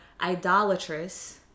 idolatrous